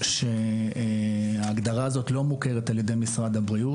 והיא לא מוכרת על-ידי משרד הבריאות.